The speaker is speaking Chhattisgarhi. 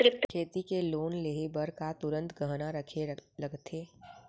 खेती के लोन लेहे बर का तुरंत गहना रखे लगथे?